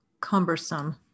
cumbersome